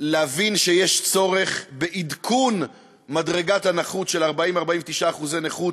להבין שיש צורך בעדכון מדרגת הנכות של 40% 49% נכות